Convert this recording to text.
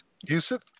Yusuf